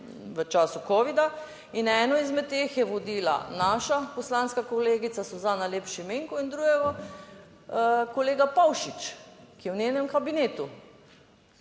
v času covida, in eno izmed teh je vodila naša poslanska kolegica Suzana Lep Šimenko in drugo, kolega Pavšič, ki je v njenem kabinetu.